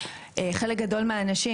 חלק גדול מהאנשים,